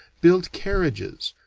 build carriages,